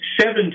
seven